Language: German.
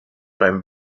beim